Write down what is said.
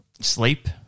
sleep